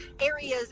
Areas